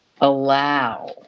allow